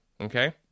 okay